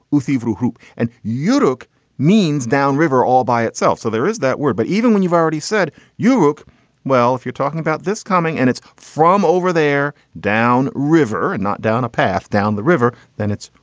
ruthie roope and youlook means down river all by itself. so there is that word. but even when you've already said you look well, if you're talking about this coming and it's from over there down river and not down a path down the river, then it's.